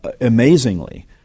amazingly